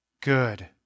good